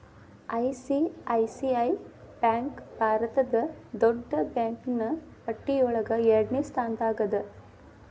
ICICI bank ಭಾರತದ್ ದೊಡ್ಡ್ ಬ್ಯಾಂಕಿನ್ನ್ ಪಟ್ಟಿಯೊಳಗ ಎರಡ್ನೆ ಸ್ಥಾನ್ದಾಗದ